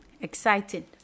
exciting